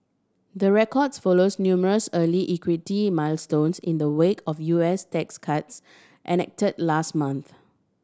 the records follows numerous earlier equity milestones in the wake of U S tax cuts enact last month